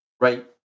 right